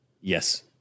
Yes